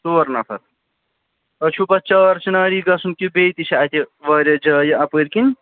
ژور نَفر تۄہہِ چھُو پَتہٕ چار چِناری گژھُن کہِ بیٚیہِ تہِ چھِ اَتہِ واریاہ جایہِ اَپٲرۍ کِنۍ